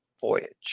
voyage